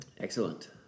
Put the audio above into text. Excellent